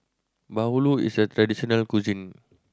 bahulu is a traditional cuisine